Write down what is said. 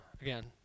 again